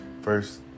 first